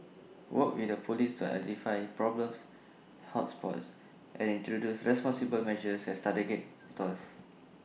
work with the Police to identify problem hot spots and introduce responsible measures at targeted stores